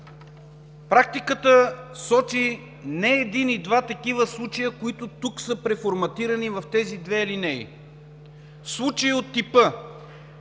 Практиката сочи не един и два такива случая, които са преформатирани в тези две алинеи. Случай от типа: